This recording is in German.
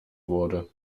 wurde